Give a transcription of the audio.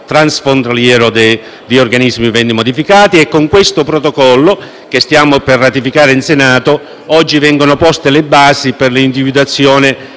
transfrontaliero di organismi viventi modificati. Con questo protocollo che stiamo per ratificare in Senato oggi vengono poste le basi per l'individuazione